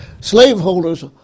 Slaveholders